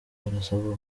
barasabwa